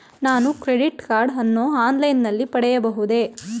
ನಾನು credit card ಅನ್ನು online ನಲ್ಲಿ ಪಡೆಯಬಹುದೇ?